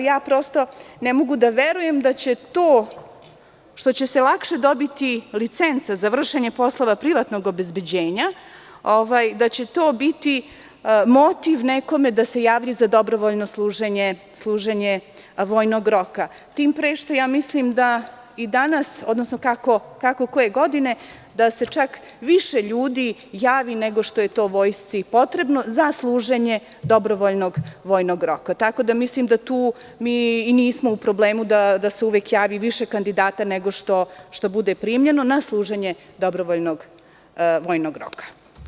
Prosto ne mogu da verujem da će to što će se lakše dobiti licenca za vršenje poslova privatnog obezbeđenja, da će to biti motiv nekome da se javi za dobrovoljno služenje vojnog roka, tim pre što ja mislim da i danas, odnosno kako koje godine, da se čak više ljudi javi nego što je vojsci potrebno za služenje dobrovoljnog vojnog roka, tako da mislim da tu mi i nismo u problemu da se uvek javi više kandidata nego što bude primljeno na služenje dobrovoljnog vojnog roka.